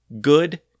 good